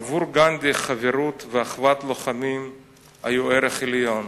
עבור גנדי חברות ואחוות לוחמים היו ערך עליון.